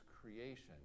creation